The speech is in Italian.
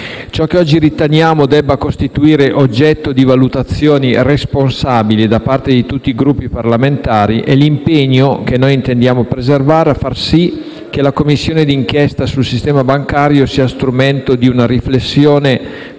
Ciò che oggi riteniamo debba costituire oggetto di valutazioni responsabili da parte di tutti i Gruppi parlamentari è l'impegno, che noi intendiamo preservare, a far sì che la Commissione di inchiesta sul sistema bancario sia strumento di una riflessione